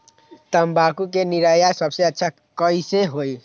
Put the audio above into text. तम्बाकू के निरैया सबसे अच्छा कई से होई?